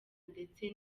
ndetse